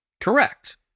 Correct